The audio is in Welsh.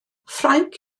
ffrainc